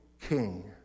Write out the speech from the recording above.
King